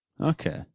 Okay